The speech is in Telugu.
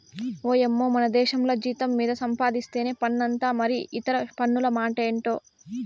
ఓయమ్మో మనదేశంల జీతం మీద సంపాధిస్తేనే పన్నంట మరి ఇతర పన్నుల మాటెంటో